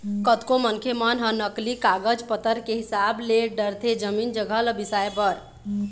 कतको मनखे मन ह नकली कागज पतर के हिसाब ले डरथे जमीन जघा ल बिसाए बर